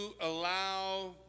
allow